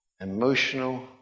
emotional